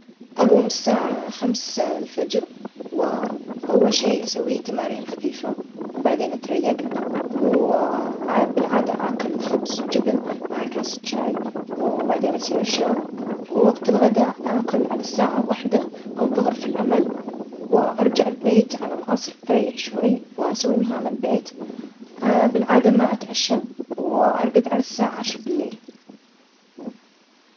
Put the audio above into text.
أجوم الساعة خمسة الفجر، وأول شي أسويه تمارين خفيفة، وبعدين أتريج. وبالعادة أكل خبز وجبن مع كاسة شاي وبعدين أسير الشغل. ووقت الغدا آكل على الساعة وحدة أو الظهر في العمل، وأرجع البيت على العصر. أريح شوي وأسوي مهام البيت. بالعادة ما أتعشى وأرجد على الساعة عشر بالليل.